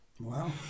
Wow